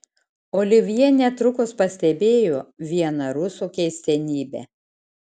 olivjė netrukus pastebėjo vieną rusų keistenybę